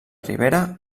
rivera